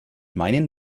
meinen